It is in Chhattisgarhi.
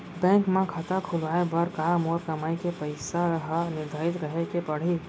बैंक म खाता खुलवाये बर का मोर कमाई के पइसा ह निर्धारित रहे के पड़ही?